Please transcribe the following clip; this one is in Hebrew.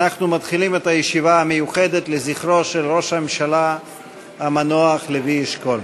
אנחנו מתחילים את הישיבה המיוחדת לזכרו של ראש הממשלה המנוח לוי אשכול.